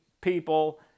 people